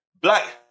Black